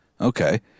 Okay